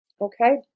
Okay